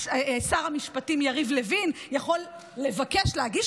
שר המשפטים יריב לוין יכול לבקש להגיש